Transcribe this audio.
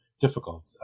difficult